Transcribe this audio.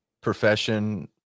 profession